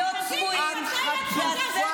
תגידי, מתי את פגשת משפחות מניר עוז?